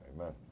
Amen